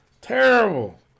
Terrible